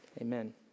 Amen